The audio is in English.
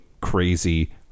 crazy